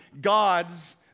gods